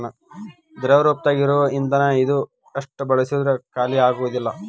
ದ್ರವ ರೂಪದಾಗ ಇರು ಇಂದನ ಇದು ಎಷ್ಟ ಬಳಸಿದ್ರು ಖಾಲಿಆಗುದಿಲ್ಲಾ